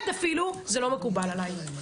זה לא מקובל עליי.